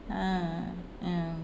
ah ya